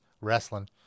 wrestling